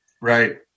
Right